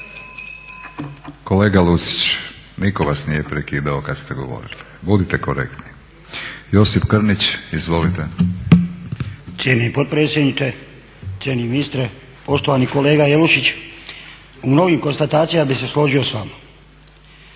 Kolega Lucić, nitko vas nije prekidao kad ste govorili. Budite korektni. Josip Krnić, izvolite. **Krnić, Josip (SDP)** Cijenjeni potpredsjedniče, cijenjeni ministre. Poštovani kolega Jelušić, u mnogim konstatacijama bi se složio s vama.